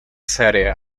série